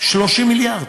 30 מיליארד.